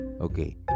Okay